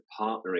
partnering